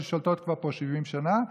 שכבר שולטות פה 70 שנה ויגידו: